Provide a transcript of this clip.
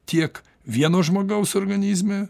tiek vieno žmogaus organizme